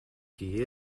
qui